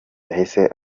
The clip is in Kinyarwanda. yahise